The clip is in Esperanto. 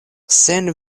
sen